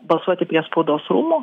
balsuoti prie spaudos rūmų